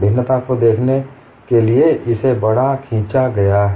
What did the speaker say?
भिन्नता की देखने के लिए इसे बड़ा खींचा गया है